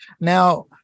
Now